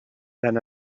than